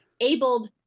abled